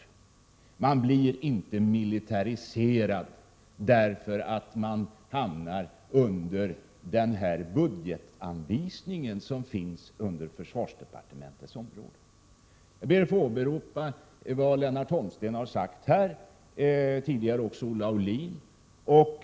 Kustbevakningen blir inte militariserad därför att den hamnar under denna budgetanvisning inom försvarsdepartementets område. Jag ber att få åberopa vad Lennart Holmsten och tidigare också Olle Aulin har sagt.